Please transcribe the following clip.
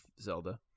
Zelda